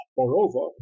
Moreover